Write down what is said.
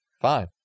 Fine